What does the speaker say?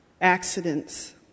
accidents